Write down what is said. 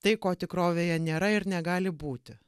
tai ko tikrovėje nėra ir negali būti